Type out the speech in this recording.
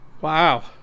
Wow